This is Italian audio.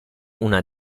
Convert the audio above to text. una